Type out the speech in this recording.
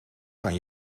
kan